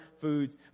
foods